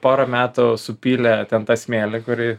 pora metų supylė ten tą smėlį kurį